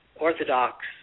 orthodox